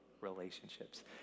relationships